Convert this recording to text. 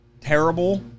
terrible